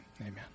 amen